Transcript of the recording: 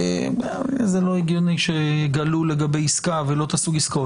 זה לא הגיוני שיגלו לגבי עסקה ולא את סוג עסקאות.